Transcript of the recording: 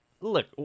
look